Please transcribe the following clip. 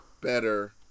better